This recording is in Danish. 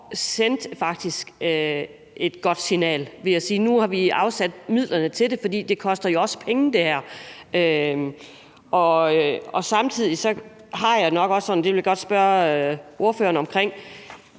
sendte et godt signal ved at sige, at nu har vi afsat midlerne til det. For det her koster jo også penge. Samtidig har jeg det nok også sådan – og det vil jeg godt spørge ordføreren om